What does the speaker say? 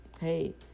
hey